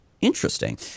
Interesting